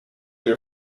your